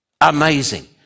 amazing